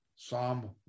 Psalm